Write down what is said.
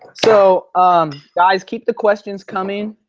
so guys keep the questions coming.